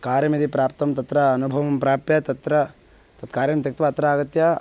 कार्यं यदि प्राप्तं तत्र अनुभवं प्राप्य तत्र तत्कार्यं त्यक्त्वा अत्र आगत्य